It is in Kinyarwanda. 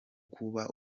kuba